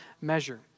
measure